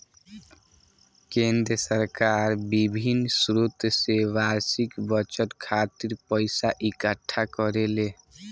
केंद्र सरकार बिभिन्न स्रोत से बार्षिक बजट खातिर पइसा इकट्ठा करेले